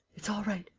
it's all right.